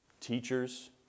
teachers